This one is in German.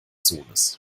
sohnes